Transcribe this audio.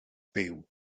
byw